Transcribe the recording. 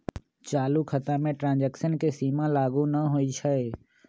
चालू खता में ट्रांजैक्शन के सीमा लागू न होइ छै